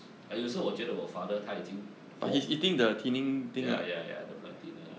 uh 有时候我觉得我 father 他已经活 ya ya ya the blood thinner